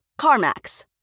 CarMax